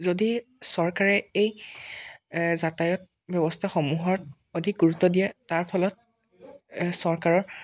যদি চৰকাৰে এই যাতায়ত ব্যৱস্থাসমূহত অধিক গুৰুত্ব দিয়ে তাৰ ফলত চৰকাৰৰ